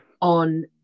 on